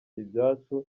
ibyacu